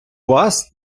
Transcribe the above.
вас